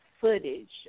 footage